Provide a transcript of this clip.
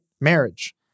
Marriage